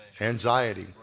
Anxiety